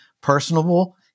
personable